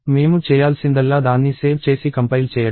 మేము చేయాల్సిందల్లా దాన్ని సేవ్ చేసి కంపైల్ చేయడం